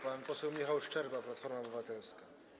Pan poseł Michał Szczerba, Platforma Obywatelska.